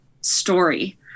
story